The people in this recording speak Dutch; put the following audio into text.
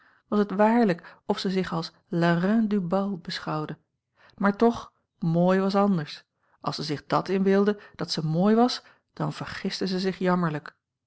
was het waarlijk of zij zich als la reine du bal beschouwde maar toch mooi was anders als ze zich dat inbeeldde dat ze mooi was dan vergiste zij zich jammerlijk